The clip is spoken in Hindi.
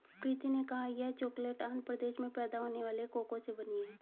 प्रीति ने कहा यह चॉकलेट आंध्र प्रदेश में पैदा होने वाले कोको से बनी है